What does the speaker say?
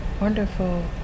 wonderful